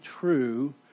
true